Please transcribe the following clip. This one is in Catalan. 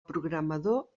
programador